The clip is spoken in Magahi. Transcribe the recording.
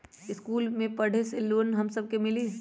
इश्कुल मे पढे ले लोन हम सब के मिली?